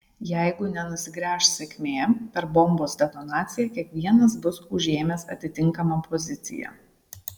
jeigu nenusigręš sėkmė per bombos detonaciją kiekvienas bus užėmęs atitinkamą poziciją